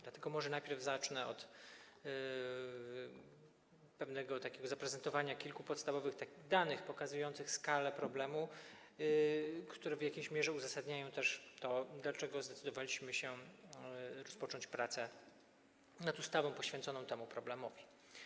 Dlatego może najpierw zacznę od takiego pewnego zaprezentowania kilku podstawowych danych pokazujących skalę problemu, które w jakiejś mierze uzasadniają też to, dlaczego zdecydowaliśmy się rozpocząć pracę nad ustawą poświęconą temu problemowi.